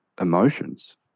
emotions